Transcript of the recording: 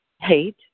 hate